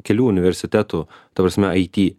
kelių universitetų ta prasme aiti